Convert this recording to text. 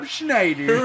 Schneider